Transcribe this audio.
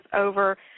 over